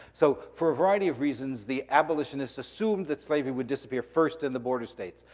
so, for a variety of reasons, the abolitionists assumed that slavery would disappear first in the border states.